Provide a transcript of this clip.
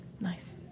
Nice